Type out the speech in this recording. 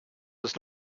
was